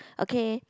okay